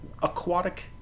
aquatic